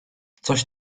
coś